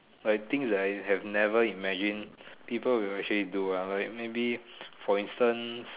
like things that I have never imagine people would actually do ah like maybe for instance